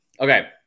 Okay